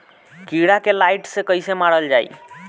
कीड़ा के लाइट से कैसे मारल जाई?